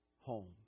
home